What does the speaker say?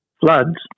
floods